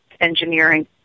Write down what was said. engineering